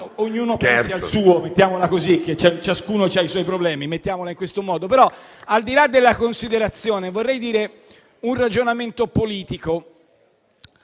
ognuno pensi al suo. Mettiamola così: ciascuno ha i suoi problemi. Ma, al di là della considerazione, vorrei fare un ragionamento politico